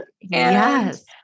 Yes